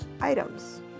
items